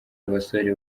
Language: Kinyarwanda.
abasore